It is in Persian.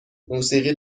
موسیقی